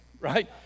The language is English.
right